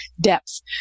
depth